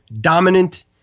dominant